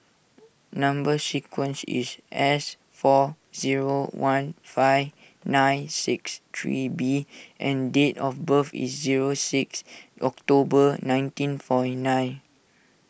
Number Sequence is S four zero one five nine six three B and date of birth is zero six October nineteen forty nine